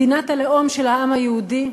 מדינת הלאום של העם היהודי,